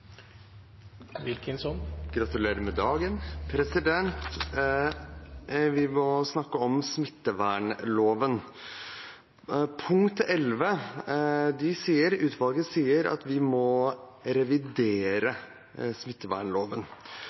Gratulerer med dagen! Vi må snakke om smittevernloven. I punkt nr. 11 sier kommisjonen at vi må revidere smittevernloven.